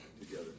together